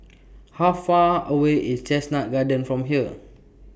How Far away IS Chestnut Gardens from here